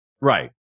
Right